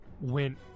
went